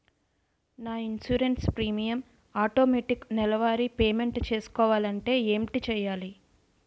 నా insurance premium automatic నెలవారి payment చేసుకోవాలంటే ఏంటి చేయాలి?